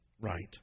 right